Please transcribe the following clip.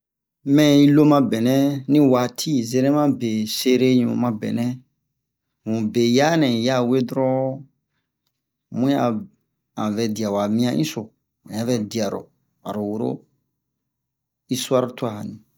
mɛ yi lo mabɛnɛ ni waati yi zerema be sereɲu mabɛnɛ mu be yaa nɛ un ya we doron mu a an vɛ dia wa mian kinso an vɛ diaro aro woro histoire tuwa hanni